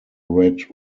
red